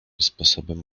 sposobem